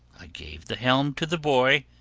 i gave the helm to the boy,